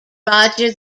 roger